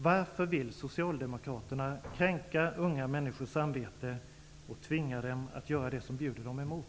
Varför vill socialdemokraterna kränka unga människors samveten och tvinga dem att göra det som bjuder dem emot?